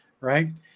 right